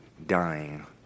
Dying